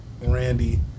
Randy